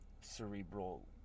cerebral